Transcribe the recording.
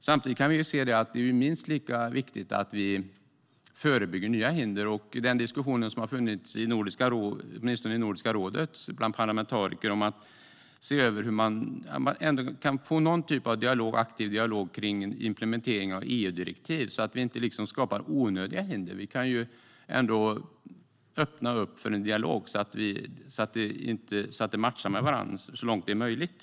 Samtidigt kan vi se att det är minst lika viktigt att vi förebygger nya hinder, och det har funnits en diskussion åtminstone i Nordiska rådet bland parlamentariker om att se över hur man kan få någon typ av aktiv dialog kring en implementering av EU-direktiv så att vi inte skapar onödiga hinder. Vi kan ju ändå öppna upp för en dialog så att vi matchar varandra så långt det är möjligt.